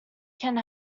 can